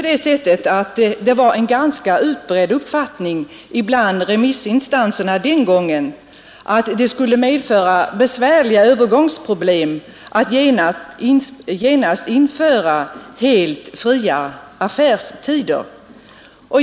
Den gången var det en ganska utbredd uppfattning bland remissinstanserna att det skulle medföra besvärliga övergångsproblem att genast införa helt fria affärstider.